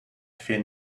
fear